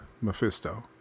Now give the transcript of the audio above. Mephisto